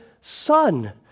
Son